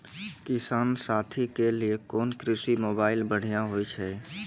किसान साथी के लिए कोन कृषि मोबाइल बढ़िया होय छै?